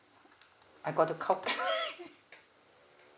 I got to calculate